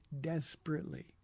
desperately